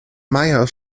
meier